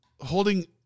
holding